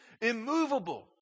immovable